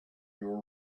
you